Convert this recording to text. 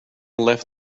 left